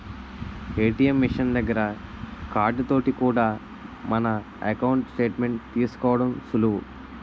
ATM machine దగ్గర card తోటి కూడా మన ఎకౌంటు స్టేట్ మెంట్ తీసుకోవడం సులువు